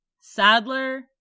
Sadler